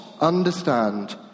understand